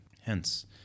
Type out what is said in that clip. Hence